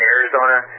Arizona